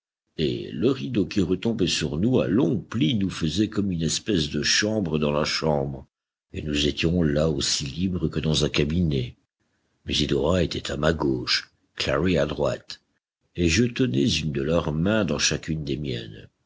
et le rideau qui retombait sur nous à longs plis nous faisait comme une espèce de chambre dans la chambre et nous étions là aussi libres que dans un cabinet musidora était à ma gauche clary à droite et je tenais une de leurs mains dans chacune des miennes